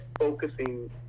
focusing